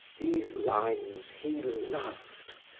these lines he loved,